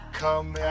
come